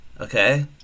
okay